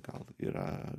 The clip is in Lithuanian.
gal yra